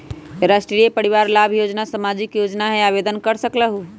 राष्ट्रीय परिवार लाभ योजना सामाजिक योजना है आवेदन कर सकलहु?